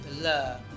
love